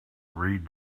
read